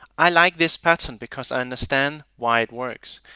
i like this pattern because i understand why it works.